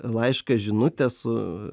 laišką žinutę su